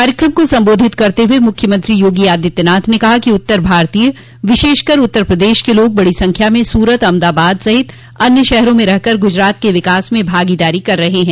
कार्यक्रम को संबोधित करते हुए मुख्यमंत्री योगी आदित्यनाथ ने कहा कि उत्तर भारतीय विशेषकर उत्तर प्रदेश के लोग बड़ी संख्या में सूरत अहमदाबाद सहित अन्य शहरों में रह कर गुजरात के विकास में भागीदारी कर रहे हैं